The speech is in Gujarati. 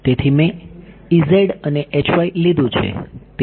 તેથી મેં અને લીધું છે